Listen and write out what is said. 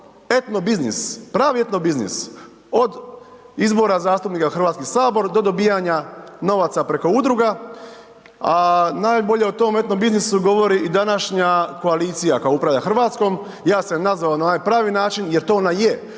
etno biznis, pravi etno biznis od izbora zastupnika u HS do dobivanja novaca preko udruga, a najbolje o tom etno biznisu govori i današnja koalicija koja upravlja Hrvatskom, ja sam je nazvao na onaj pravi način jer to ona je,